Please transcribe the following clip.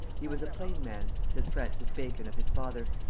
he was a plain man, says francis bacon of his father,